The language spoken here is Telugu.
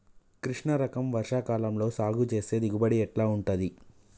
కృష్ణ రకం వర్ష కాలం లో సాగు చేస్తే దిగుబడి ఎట్లా ఉంటది?